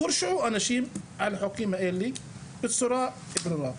והורשעו אנשים על החוקים האלה בצורה ברורה.